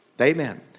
Amen